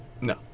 No